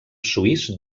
suís